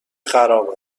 خراب